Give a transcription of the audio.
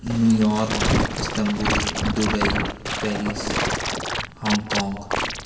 new York Istanbul Dubai Paris Hong Kong